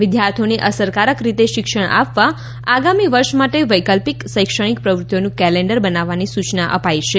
વિદ્યાર્થીઓને અસરકારક રીતે શિક્ષણ આપવા આગામી વર્ષ માટે વૈકલ્પિક શૈક્ષણિક પ્રવૃત્તિઓનું કેલેન્ડર બનાવવાની સૂયના અપાઈ છે